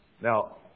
Now